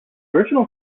original